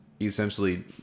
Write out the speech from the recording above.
essentially